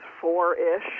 four-ish